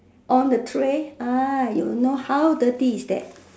on the tray !aiyo! know how dirty is that